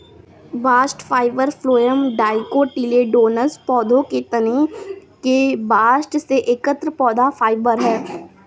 bast fibre phloem dicotyledonous पौधों के तने के बास्ट से एकत्र पौधा फाइबर है